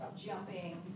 Jumping